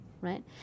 right